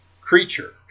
creature